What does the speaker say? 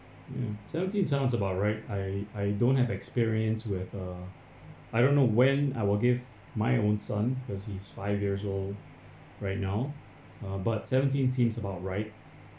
ya seventeen sounds about right I I don't have experience with uh I don't know when I will give my own son cause he's five years old right now uh but seventeen seems about right